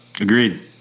agreed